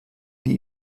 die